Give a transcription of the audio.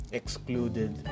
excluded